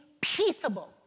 peaceable